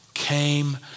came